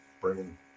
bringing